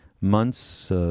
months